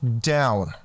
down